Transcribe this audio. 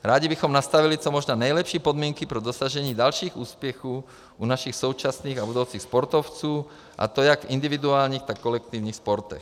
Rádi bychom nastavili co možná nejlepší podmínky pro dosažení dalších úspěchů u našich současných a budoucích sportovců, a to jak v individuálních, tak i kolektivních sportech.